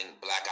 black